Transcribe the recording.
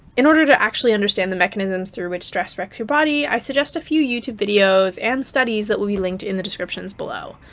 in order to actually understand the mechanisms through which stress wrecks your body, i suggest a few youtube videos and studies that will be linked in the description below.